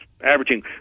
averaging